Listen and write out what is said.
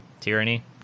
Tyranny